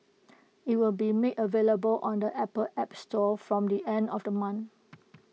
IT will be made available on the Apple app store from the end of the month